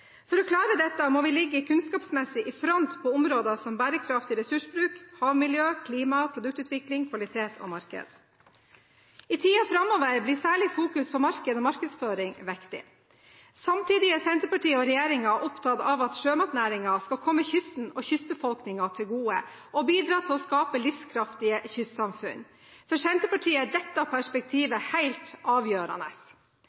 For å klare dette må vi ligge kunnskapsmessig i front på områder som bærekraftig ressursbruk, havmiljø, klima, produktutvikling, kvalitet og marked. I tiden framover blir særlig fokus på marked og markedsføring viktig. Samtidig er Senterpartiet og regjeringen opptatt av at sjømatnæringen skal komme kysten og kystbefolkningen til gode og bidra til å skape livskraftige kystsamfunn. For Senterpartiet er dette